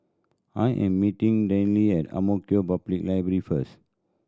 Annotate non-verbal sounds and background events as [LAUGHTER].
I am meeting Denine at Ang Mo Kio [UNINTELLIGIBLE] Library first